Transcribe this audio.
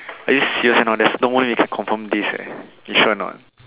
are you serious or not there's no one you can confirm this eh you sure or not